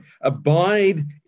abide